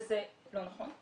וזה לא נכון.